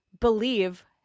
believe